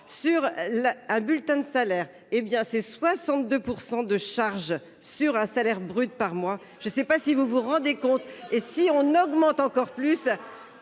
sur la un bulletin de salaire, hé bien c'est 62% de charges sur un salaire brut par mois. Je sais pas si vous vous rendez compte. Et si on augmente encore plus.